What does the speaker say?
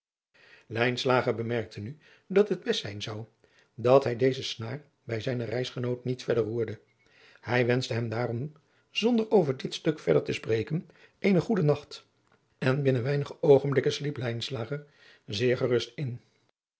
bemerkte nu dat het best zijn zou dat hij deze snaar bij zijnen reisgenoot niet verder roerde hij wenschte hem daarom zonder over dit stuk verder te spreken eenen goeden nacht en binnen weinige oogenblikken sliep lijnslager zeer gerust in